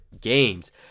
games